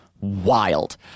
wild